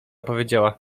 powiedziała